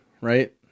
Right